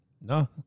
no